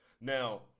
Now